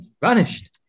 vanished